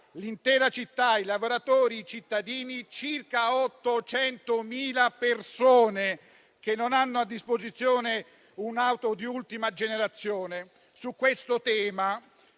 l'intera città, i lavoratori e i cittadini (circa 800.000 persone) che non hanno a disposizione un'auto di ultima generazione. Su questo tema